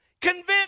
convince